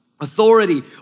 authority